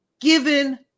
Given